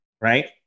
Right